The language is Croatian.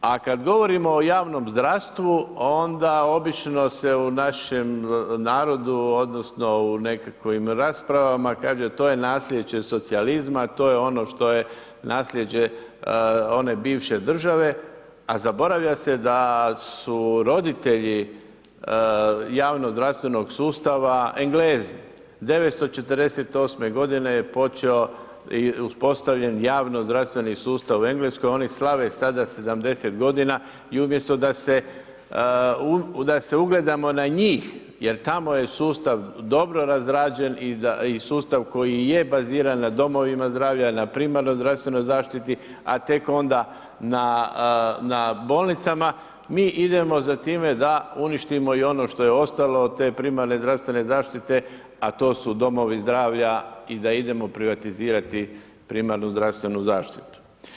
A kad govorimo o javnom zdravstvu onda obično se u našem narodu, odnosno u nekakvim raspravama kaže to je naslijeđe socijalizma, to je ono što je naslijeđe one bivše države, a zaboravlja se da su roditelji javnog zdravstvenog sustava Englezi. '948. je počeo i uspostavljen javno zdravstveni sustav u Engleskoj, oni slave sada 70 godina i umjesto da se ugledamo na njih jer tamo je sustav dobro razrađen i sustav koji je baziran na domovima zdravlja, na primarnoj zdravstvenoj zaštiti, a tek onda na bolnicama, mi idemo za time da uništimo i ono što je ostalo te primarne zdravstvene zaštite, a to su domovi zdravlja i da idemo privatizirati primarnu zdravstvenu zaštitu.